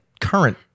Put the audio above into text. current